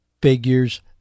figures